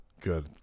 good